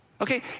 Okay